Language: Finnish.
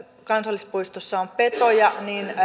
kansallispuistossa on petoja